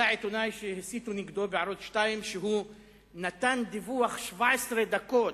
זה העיתונאי שהסיתו נגדו בערוץ-2 שהוא נתן דיווח 17 דקות,